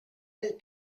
del